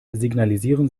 signalisieren